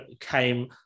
came